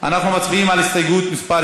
אנחנו מצביעים על הסתייגות מס'